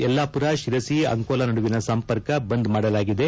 ಯಲ್ಲಾಪುರ ಶಿರಸಿ ಅಂಕೋಲಾ ನಡುವಿನ ಸಂಪರ್ಕ ಬಂದ್ ಮಾಡಲಾಗಿದೆ